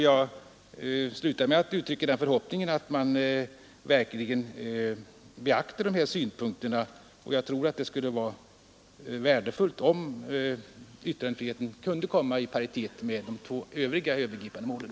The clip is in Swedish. Jag slutar med att uttrycka förhoppningen att man verkligen beaktar dessa synpunkter. Det skulle vara värdefullt om yttrandefriheten kunde komma i paritet med de två övriga övergripande målen.